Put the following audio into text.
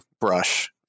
brush